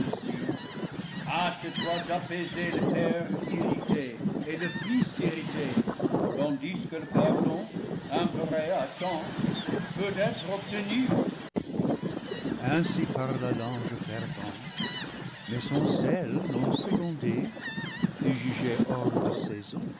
toi d'apaiser le père irrité et le fils irrité tandis que le par don imploré à temps peut être obtenu ainsi parla l'ange fervent mais son zèle non secondé fut jugé hors de saison